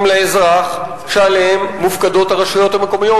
לאזרח שעליהם מופקדות הרשויות המקומיות.